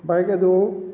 bike ꯑꯗꯨ